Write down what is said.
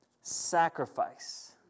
sacrifice